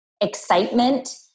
excitement